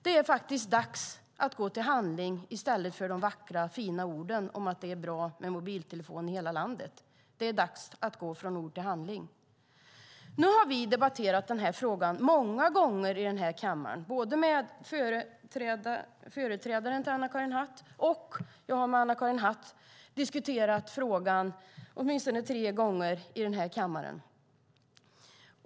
Det är dags att gå till handling i stället för de vackra, fina orden om att det är bra med mobiltelefonin i hela landet. Det är dags att gå från ord till handling. Nu har vi debatterat frågan många gånger i kammaren med företrädaren till Anna-Karin Hatt, och jag har diskuterat frågan åtminstone tre gånger med Anna-Karin Hatt i kammaren.